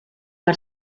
per